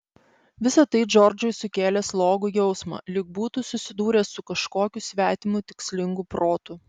visa tai džordžui sukėlė slogų jausmą lyg būtų susidūręs su kažkokiu svetimu tikslingu protu